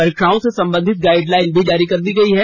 परीक्षाओं से संबंधित गाइडलाइन भी जारी कर दी गई है